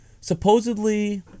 supposedly